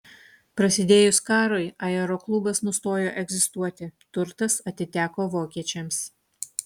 prasidėjus karui aeroklubas nustojo egzistuoti turtas atiteko vokiečiams